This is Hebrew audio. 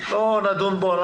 לא נדון בו כעת,